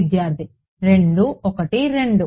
విద్యార్థి 2 1 2